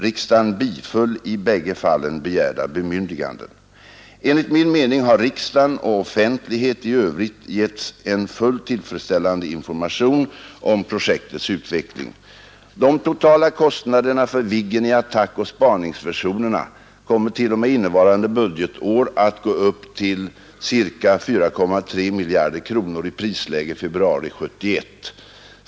Riksdagen biföll i bägge fallen begärda bemyndiganden. Enligt min mening har riksdagen och offentlighet i övrigt getts en fullt tillfredsställande information om projektets utveckling. De totala kostnaderna för Viggen i attackoch spaningsversionerna kommer till och med innevarande budgetår att gå upp till ca 4,3 miljarder kronor i prisläge februari 1971.